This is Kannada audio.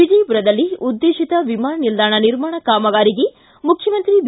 ವಿಜಯಪುರದಲ್ಲಿ ಉದ್ದೇಶಿತ ವಿಮಾನ ನಿಲ್ದಾಣ ನಿರ್ಮಾಣ ಕಾಮಗಾರಿಗೆ ಮುಖ್ಯಮಂತ್ರಿ ಬಿ